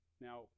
Now